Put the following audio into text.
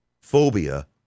phobia